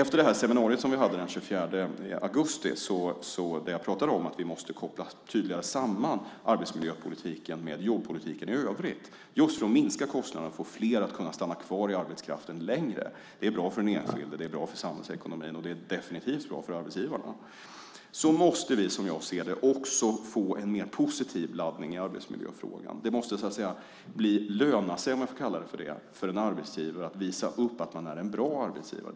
På seminariet som vi hade den 24 augusti pratade jag om att vi tydligare måste koppla samman arbetsmiljöpolitiken med jobbpolitiken i övrigt för att minska kostnader och få flera att stanna kvar i arbetskraften längre. Det är bra för den enskilde, det är bra för samhällsekonomin och det är definitivt bra för arbetsgivarna. Vi måste också, som jag ser det, få en mer positiv laddning i arbetsmiljöfrågan. Det måste löna sig för en arbetsgivare att visa upp att man är en bra arbetsgivare.